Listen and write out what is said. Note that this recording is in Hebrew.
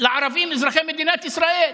לערבים אזרחי מדינת ישראל.